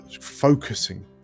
focusing